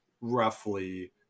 roughly